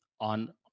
on